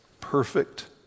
perfect